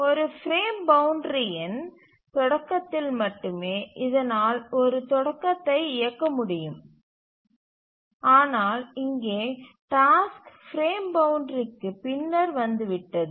ஒரு பிரேம் பவுண்ட்றியின் தொடக்கத்தில் மட்டுமே இதனால் ஒரு தொடக்கத்தை இயக்க முடியும் ஆனால் இங்கே டாஸ்க் பிரேம் பவுண்ட்றிக்குப் பின்னர் வந்துவிட்டது